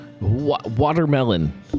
Watermelon